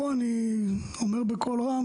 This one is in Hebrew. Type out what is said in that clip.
פה אני אומר בקול רם,